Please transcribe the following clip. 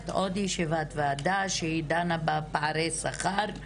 עוד ישיבת ועדה שהיא דנה בפערי השכר,